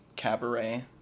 Cabaret